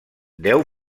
deu